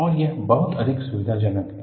और यह बहुत अधिक सुविधाजनक है